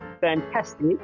fantastic